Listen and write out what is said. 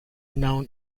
known